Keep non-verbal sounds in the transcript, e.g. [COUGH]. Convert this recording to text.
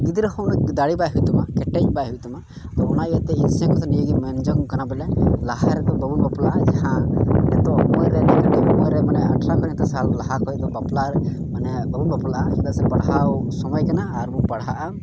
ᱜᱤᱫᱽᱨᱟᱹ ᱦᱚᱸ ᱩᱱᱟᱹᱜ ᱫᱟᱲᱮ ᱵᱟᱭ ᱦᱩᱭᱩᱜ ᱛᱟᱢᱟ ᱠᱮᱴᱮᱡ ᱵᱟᱭ ᱦᱩᱭᱩᱜ ᱛᱟᱢᱟ ᱚᱱᱟ ᱤᱭᱟᱹᱛᱮ ᱤᱧ ᱥᱮᱱ ᱠᱷᱚᱱᱫᱚ ᱱᱤᱭᱟᱹᱜᱤᱧ ᱢᱮᱱ ᱡᱚᱝ ᱠᱟᱱᱟ ᱞᱟᱦᱟ ᱨᱮᱫᱚ ᱵᱟᱵᱚᱱ ᱵᱟᱯᱞᱟᱜᱼᱟ ᱡᱟᱦᱟᱸ [UNINTELLIGIBLE] ᱥᱟᱞ ᱞᱟᱦᱟ ᱠᱷᱚᱱ ᱫᱚ ᱵᱟᱯᱞᱟ ᱢᱟᱱᱮ ᱵᱟᱵᱚᱱ ᱵᱟᱯᱞᱟᱜᱼᱟ ᱪᱮᱫᱟᱜ ᱥᱮ ᱯᱟᱲᱦᱟᱣ ᱥᱚᱢᱚᱭ ᱠᱟᱱᱟ ᱟᱨ ᱵᱚᱱ ᱯᱟᱲᱦᱟᱜᱼᱟ